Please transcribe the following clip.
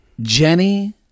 Jenny